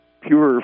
pure